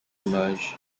merge